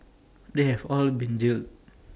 they have all been jailed